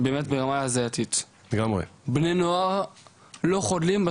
בני נוער לא חדלים,